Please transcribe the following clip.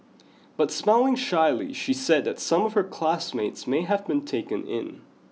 but smiling shyly she said that some of her classmates may have been taken in